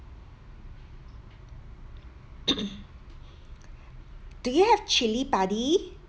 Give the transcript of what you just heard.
do you have chilli padi